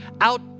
out